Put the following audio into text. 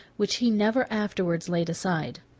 which he never afterwards laid aside.